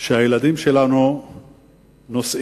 שהילדים שלנו נוסעים